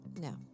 No